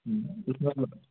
कितना